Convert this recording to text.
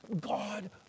God